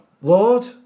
lord